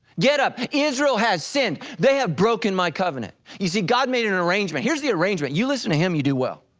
get up israel has sinned, they have broken my covenant. you see god made an arrangement, here's the arrangement you listen to him, you do well.